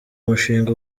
mushinga